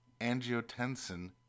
angiotensin